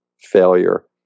failure